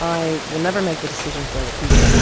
i will never make the decision for other people,